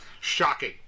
Shocking